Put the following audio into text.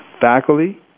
faculty